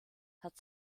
hat